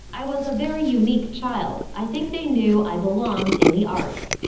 i was a very unique child. i think they knew i belonged in the arts.